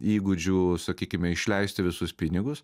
įgūdžių sakykime išleisti visus pinigus